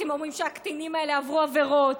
אתם אומרים שהקטינים האלה עברו עבירות,